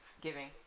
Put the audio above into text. giving